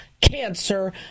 cancer